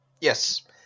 Yes